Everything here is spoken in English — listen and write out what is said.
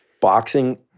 boxing